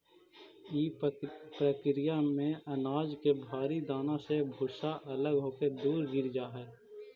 इ प्रक्रिया में अनाज के भारी दाना से भूसा अलग होके दूर गिर जा हई